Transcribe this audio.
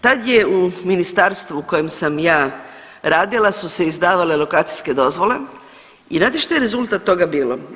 Tad je u ministarstvu u kojem sam ja radila su se izdavale lokacijske dozvole i znate šta je rezultat toga bilo?